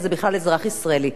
אז זה בכלל אזרח ישראלי.